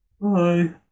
Bye